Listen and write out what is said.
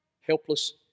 Helpless